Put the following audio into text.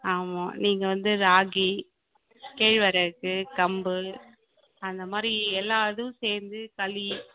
ஆமாம் நீங்கள் வந்து ராகி கேழ்வரகு கம்பு அந்த மாதிரி எல்லா இதுவும் சேர்ந்து களி